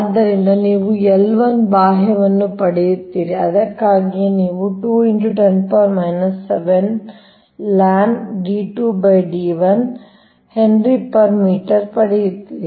ಆದ್ದರಿಂದ ನೀವು L 1 ಬಾಹ್ಯವನ್ನು ಪಡೆಯುತ್ತೀರಿ ಅದಕ್ಕಾಗಿಯೇ ನೀವು 2 ✖ 10⁻⁷ ln D₂D₁ Hm ಪಡೆಯುತ್ತೀರಿ